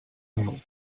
neu